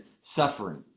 suffering